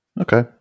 Okay